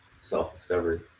self-discovery